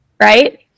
right